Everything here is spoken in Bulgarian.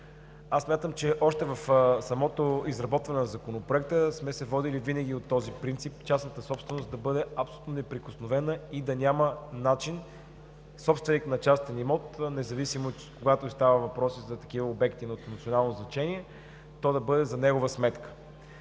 Смятам, че още в самото изработване на Законопроекта сме се водили винаги от принципа частната собственост да бъде абсолютно неприкосновена и да няма начин собственик на частен имот, независимо че когато става въпрос и за такива обекти от национално значение, то да бъде за негова сметка.